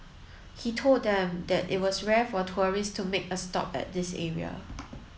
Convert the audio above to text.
he told them that it was rare for tourists to make a stop at this area